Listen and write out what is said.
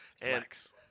Flex